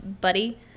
buddy